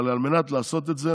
אבל על מנת לעשות את זה,